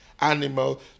animal